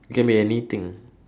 it can be anything